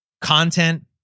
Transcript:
content